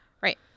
Right